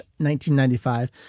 1995